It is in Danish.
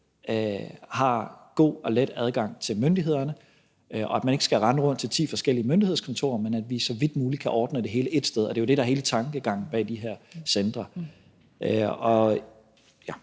har god og let adgang til myndighederne, og at man ikke skal rende rundt til ti forskellige myndighedskontorer, men at det hele så vidt muligt kan ordnes ét sted. Det er jo det, der er hele tankegangen bag de her centre.